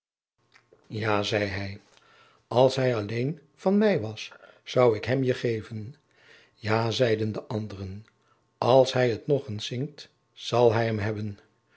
ja zei hij als hij alléén van mij was zou ik hem je geven ja zeiden de anderen als hij het nog eens zingt zal hij hem hebben